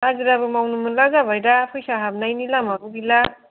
हाजिराबो मावनो मोनला जाबाय दा फैसा हाबनायनि लामाबो गैला